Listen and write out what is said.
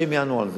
שהם יענו על זה.